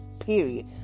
Period